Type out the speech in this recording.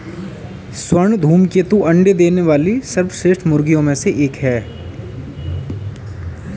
स्वर्ण धूमकेतु अंडे देने वाली सर्वश्रेष्ठ मुर्गियों में एक है